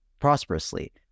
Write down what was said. prosperously